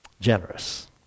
Generous